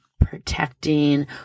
protecting